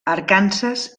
arkansas